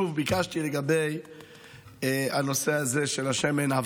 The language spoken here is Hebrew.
שוב, ביקשתי הבהרה לגבי נושא השמן.